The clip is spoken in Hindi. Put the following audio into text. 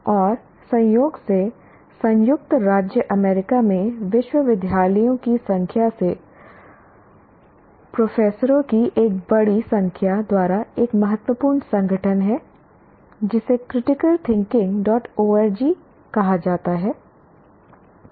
और संयोग से संयुक्त राज्य अमेरिका में विश्वविद्यालयों की संख्या से प्रोफेसरों की एक बड़ी संख्या द्वारा एक महत्वपूर्ण संगठन है जिसे क्रिटिकलथिंकिंग ओआरजी criticalthinkingorg कहा जाता है